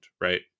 right